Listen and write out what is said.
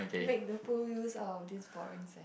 make the full use out of this boring